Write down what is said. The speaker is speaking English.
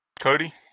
Cody